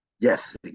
Yes